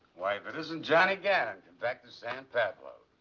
if it isn't johnny gannon, come back to san pablo.